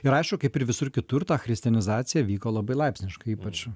ir aišku kaip ir visur kitur ta christianizacija vyko labai laipsniškai ypač